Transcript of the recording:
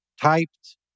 typed